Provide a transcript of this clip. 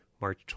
March